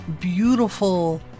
beautiful